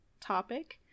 topic